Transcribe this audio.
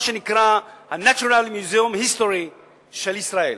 שנקרא Natural History Museum של ישראל.